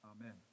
Amen